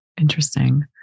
Interesting